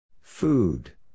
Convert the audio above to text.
Food